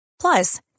Plus